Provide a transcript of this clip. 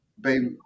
baby